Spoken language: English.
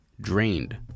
drained